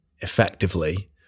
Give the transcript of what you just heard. effectively